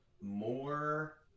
more